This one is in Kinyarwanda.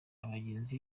abagenzi